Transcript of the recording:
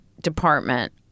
department